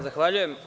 Zahvaljujem.